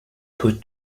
put